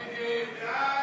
92,